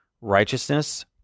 righteousness